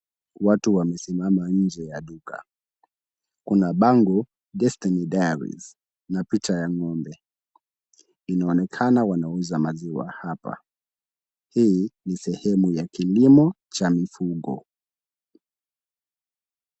Watu wamesimama nje ya duka. Kuna bango Destiny Dairies na picha ya ng'ombe. Inaonekana wanauza maziwa hapa. Hii ni sehemu ya kilimo cha mifugo.